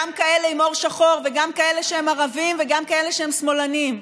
גם כאלה עם עור שחור וגם כאלה שהם ערבים וגם כאלה שהם שמאלנים.